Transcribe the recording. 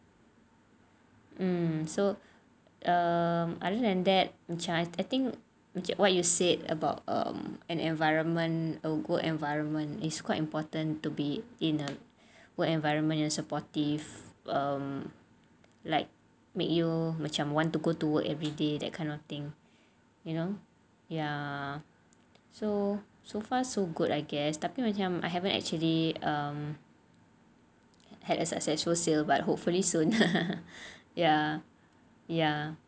so um other than that macam I think you what you said about um an environment a good environment is quite important to be in a good environment and supportive um like make you macam want to go to work everyday that kind of thing you know ya so so far so good I guess tapi macam I haven't actually um had a successful sale but hopefully soon ya ya